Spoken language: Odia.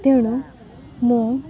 ତେଣୁ ମୁଁ